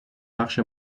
بخش